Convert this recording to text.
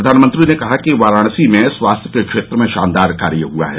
प्रधानमंत्री ने कहा कि वाराणसी में स्वास्थ्य के क्षेत्र में शानदार कार्य हुआ है